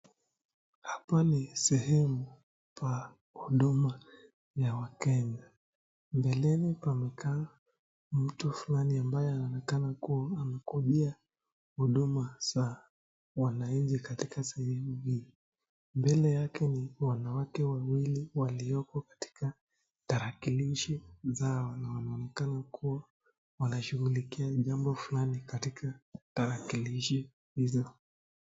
Hapa ni sehemu pa huduma ya Wakenya. Mbeleni pamekaa mtu fulani ambaye anaonekana kuwa amekuja huduma za wananchi katika sehemu hii. Mbele yake ni wanawake wawili walioko katika tarakilishi zao na wanaonekana kuwa wanashughulikia jambo fulani katika tarakilishi hizo.